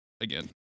again